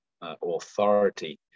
authority